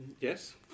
Yes